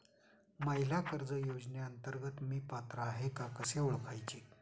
महिला कर्ज योजनेअंतर्गत मी पात्र आहे का कसे ओळखायचे?